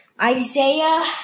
Isaiah